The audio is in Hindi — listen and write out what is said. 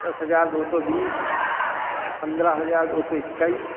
दस हज़ार दो सौ बीस पन्द्रह हज़ार दो सौ इक्कीस